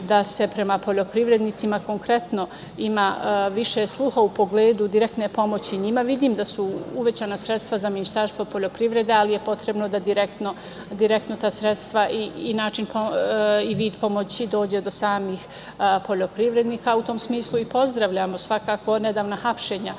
da se prema poljoprivrednicima, konkretno ima više sluha u pogledu direktne pomoći njima, a vidim da su uvećana sredstva za Ministarstvo poljoprivrede, ali je potrebno da direktno ta sredstva i vid pomoći dođe do samih poljoprivrednika.U tom smislu, pozdravljamo svakako nedavna hapšenja,